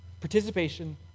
participation